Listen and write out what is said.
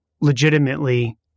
legitimately